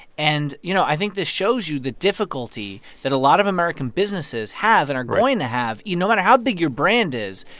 and, you know, i think this shows you the difficulty that a lot of american businesses have. right. and are going to have you, no matter how big your brand is.